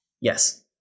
Yes